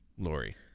Lori